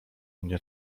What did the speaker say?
mnie